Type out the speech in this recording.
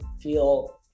feel